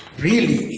really,